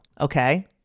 okay